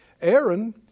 Aaron